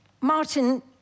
Martin